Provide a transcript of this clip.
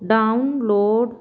download